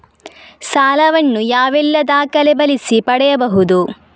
ಸಾಲ ವನ್ನು ಯಾವೆಲ್ಲ ದಾಖಲೆ ಬಳಸಿ ಪಡೆಯಬಹುದು?